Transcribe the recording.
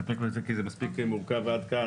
תאמרו בשער השלישי למה הוא נועד,